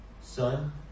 Son